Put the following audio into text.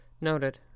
Noted